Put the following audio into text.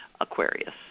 Aquarius